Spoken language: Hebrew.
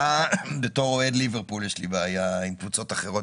בתור אוהד ליברפול יש לי בעיה עם קבוצות אחרות.